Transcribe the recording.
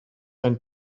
ein